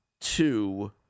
two